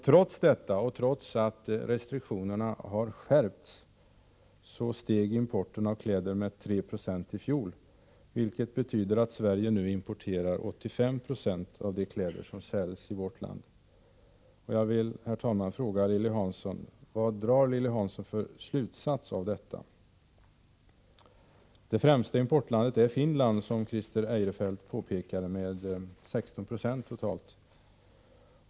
Trots detta och trots att restriktionerna har skärpts steg importen av kläder med 3 94 i fjol, vilket betyder att Sverige nu importerar 85 20 av de kläder som säljs i vårt land. Herr talman! Jag vill fråga: Vad drar Lilly Hansson för slutsats av detta? Det främsta importlandet är, som Christer Eirefelt påpekade, Finland med 16 70 totalt.